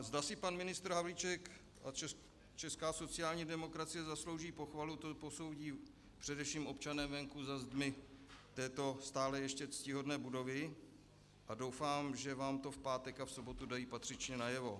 Zda si pan ministr Havlíček a česká sociální demokracie zaslouží pochvalu, to posoudí především občané venku za zdmi této stále ještě ctihodné budovy, a doufám, že vám to v pátek a v sobotu dají patřičně najevo.